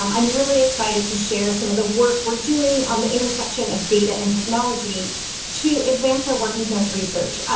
um i'm really excited to share some of the work we're doing on the intersection of data and technology to advance our work in cancer research.